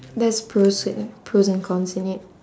that's pros eh pros and cons anyway